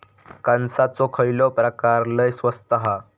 कणसाचो खयलो प्रकार लय स्वस्त हा?